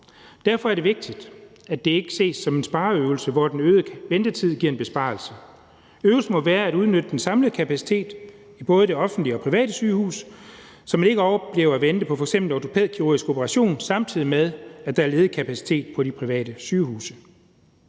Derfor er det vigtigt, at det ikke ses som en spareøvelse, hvor den øgede ventetid giver en besparelse. Øvelsen må være at udnytte den samlede kapacitet i både det offentlige og private sygehusvæsen, så man ikke oplever at vente på f.eks. ortopædkirurgisk operation, samtidig med at der er ledig kapacitet på de private sygehuse.